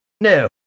No